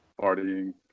partying